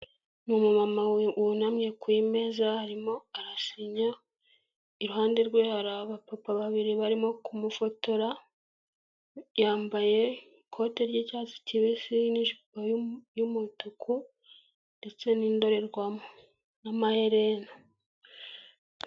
Ni umumama we wunamye ku meza arimo arasinya, iruhande rwe hari abapapa babiri barimo kumufotora, yambaye ikote ry'icyatsi kibisi n'ijipo y'umutuku ndetse n'indorerwamo n'amaherena.